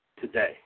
today